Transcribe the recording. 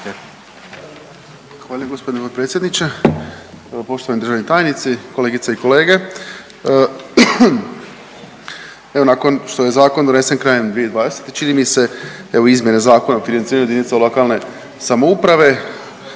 gospodine potpredsjedniče, poštovani državni tajnici, kolegice i kolege. Evo nakon što je zakon donesen krajem 2020. čini mi se evo izmjene Zakona o financiranju jedinica lokalne samouprave